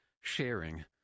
sharing